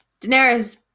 Daenerys